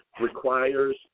requires